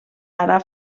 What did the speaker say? ara